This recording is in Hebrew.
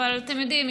אבל אתם יודעים,